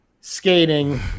skating